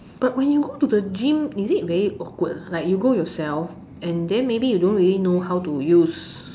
but when you go to the gym is it very awkward ah like you go yourself and then maybe you don't really know how to use